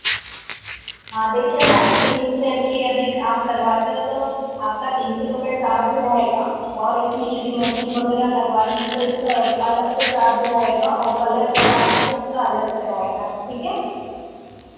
हाँ देखिए ma'am three step की यदि आप करवाते हो तो आपका तीन सौ रुपये चार्ज रहेगा और इसमें यदि मशीन वगैरह लगवानी है तो इसका अलग से चार्ज रहेगा और कलर करवाना है तो इसका अलग से रहेगा ठीक है